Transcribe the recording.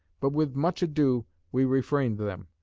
but with much ado we refrained them,